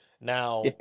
Now